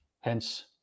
Hence